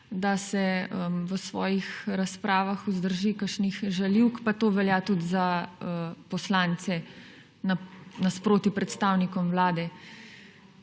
da se v svojih razpravah vzdrži kakšnih žaljivk, pa to velja tudi za poslance nasproti predstavnikom Vlade.